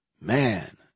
man